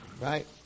Right